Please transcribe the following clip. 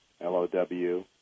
L-O-W